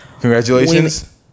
Congratulations